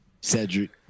Cedric